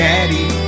Daddy